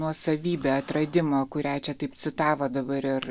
nuosavybė atradimo kurią čia taip citavo dabar ir